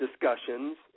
discussions